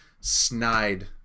snide